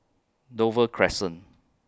Dover Crescent